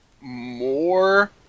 more